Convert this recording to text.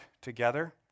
together